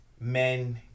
men